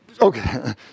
Okay